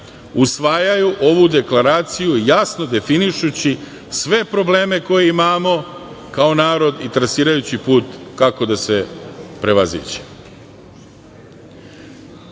usvajaju ovu deklaraciju jasno definišući sve probleme koje imamo kao narod i trasirajući put kako da se prevaziđe. Ispada